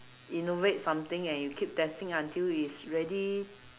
innovate something and you keep testing until it's ready